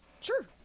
sure